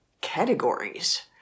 categories